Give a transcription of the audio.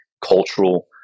cultural